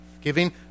giving